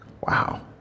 Wow